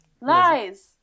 Lies